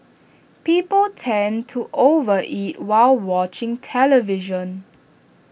people tend to over eat while watching television